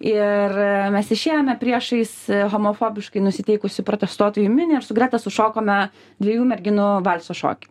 ir mes išėjome priešais homofobiškai nusiteikusių protestuotojų minią ir su greta sušokome dviejų merginų valso šokį